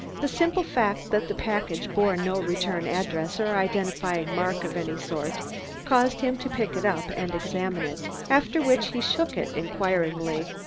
the simple fact that the package bore no return address or identifying mark of any sort caused him to pick it up and examine it, after which he shook it inquiringly.